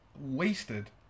wasted